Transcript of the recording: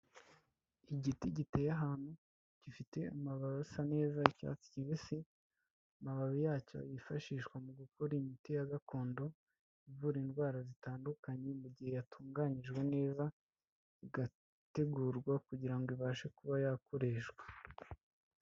Igiti giteye ahantu gifite amababi asa neza y'icyatsi kibisi, amababi yacyo yifashishwa mu gukora imiti ya gakondo, ivura indwara zitandukanye mu gihe yatunganyijwe neza, igategurwa kugira ngo ibashe kuba yakoreshwa.